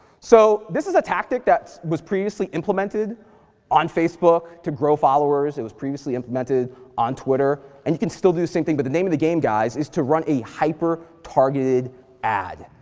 so this is a tactic that was previously implemented on facebook to grow followers. it was previously implemented on twitter, and you can still do the same thing, but the name of the game, guys, is to run a hyper-targeted ad.